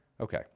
Okay